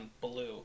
Blue